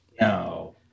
no